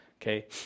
Okay